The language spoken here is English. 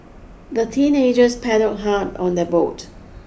the teenagers paddle hard on their boat